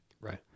right